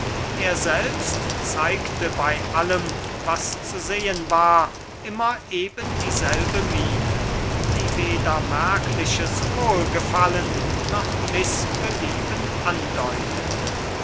er selbst zeigte bey allem was zu sehen war immer eben dieselbe miene die weder merkliches wohlgefallen noch mißbelieben andeutete